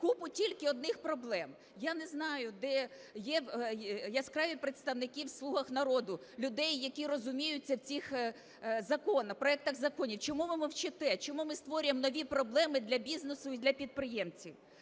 купу тільки одних проблем. Я не знаю, є яскраві представники в "слугах народу" - людей, які розуміються в цих проектах законів, чому ви мовчите? Чому ми створюємо нові проблеми для бізнесу і для підприємців?